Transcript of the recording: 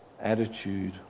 attitude